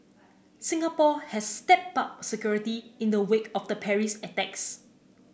Singapore has stepped up security in the wake of the Paris attacks